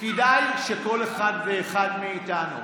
כדאי שכל אחד ואחד מאיתנו